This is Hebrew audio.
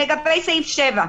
לגבי סעיף 7,